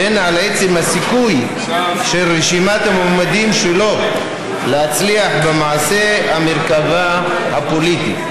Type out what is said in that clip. והן על עצם הסיכוי של רשימת המועמדים שלו להצליח במעשה המרכבה הפוליטי,